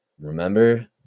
remember